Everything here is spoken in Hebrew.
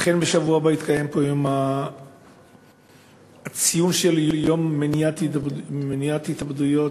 אכן בשבוע הבא יתקיים פה ציון היום הבין-לאומי למניעת התאבדויות,